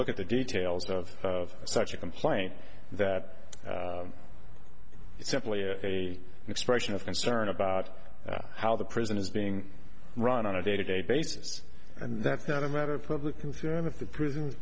look at the details of such a complaint that is simply a expression of concern about how the prison is being run on a day to day basis and that's not a matter of public concern of the prisons